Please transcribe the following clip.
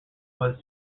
was